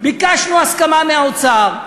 ביקשנו הסכמה מהאוצר,